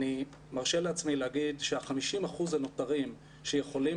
אני מרשה לעצמי להגיד שה-50% הנותרים שיכולים